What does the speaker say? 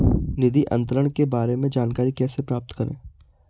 निधि अंतरण के बारे में जानकारी कैसे प्राप्त करें?